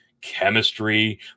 chemistry